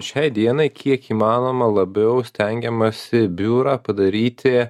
šiai dienai kiek įmanoma labiau stengiamasi biurą padaryti